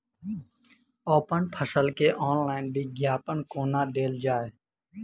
अप्पन फसल केँ ऑनलाइन विज्ञापन कोना देल जाए?